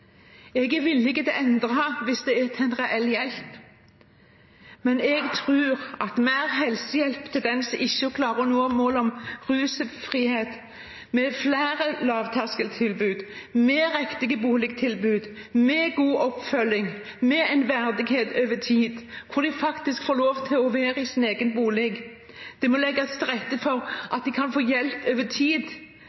Jeg er villig til å endre hvis det er til reell hjelp, men jeg tror på mer helsehjelp til dem som ikke klarer å nå målet om rusfrihet – med flere lavterskeltilbud, med riktig boligtilbud, med god oppfølging, med en verdighet over tid, hvor de faktisk får lov til å være i sin egen bolig. Det må legges til rette for